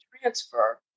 transfer